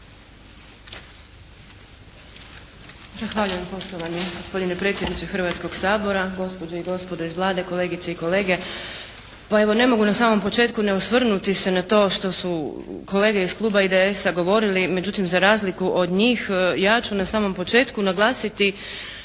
Zahvaljujem poštovani gospodine predsjedniče Hrvatskog sabora, gospođe i gospodo iz Vlade, kolegice i kolege. Pa evo ne mogu na samom početku ne osvrnuti se na to što su kolege iz Kluba IDS-a govorili. Međutim, za razliku od njih ja ću na samom početku naglasiti